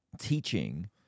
teaching